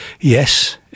yes